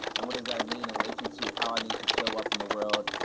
and what does that mean in relation to how i need to show up in the world?